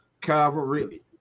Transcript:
Calvary